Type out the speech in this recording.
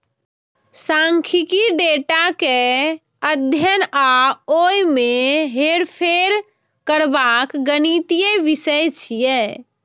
सांख्यिकी डेटा के अध्ययन आ ओय मे हेरफेर करबाक गणितीय विषय छियै